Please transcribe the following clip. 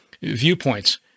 viewpoints